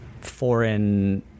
foreign